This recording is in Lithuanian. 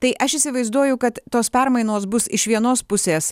tai aš įsivaizduoju kad tos permainos bus iš vienos pusės